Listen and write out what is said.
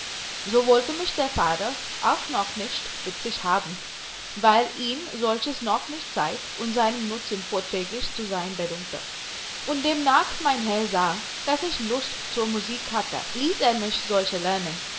so wollte mich der pfarrer auch noch nicht witzig haben weil ihn solches noch nicht zeit und seinem nutzen vorträglich zu sein bedunkte und demnach mein herr sahe daß ich lust zur musik hatte ließ er mich solche lernen